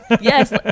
Yes